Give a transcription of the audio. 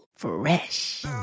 Fresh